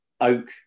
oak